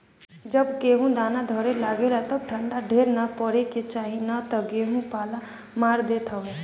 जब गेहूँ दाना धरे लागे तब ठंडा ढेर ना पड़े के चाही ना तऽ गेंहू पाला मार देत हवे